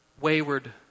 wayward